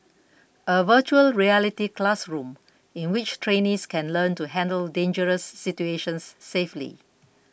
a Virtual Reality classroom in which trainees can learn to handle dangerous situations safely